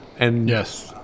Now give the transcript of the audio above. Yes